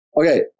Okay